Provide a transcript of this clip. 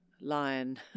lion